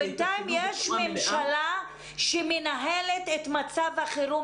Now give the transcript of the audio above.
בינתיים יש ממשלה שמנהלת את מצב החירום